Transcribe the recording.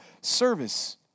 service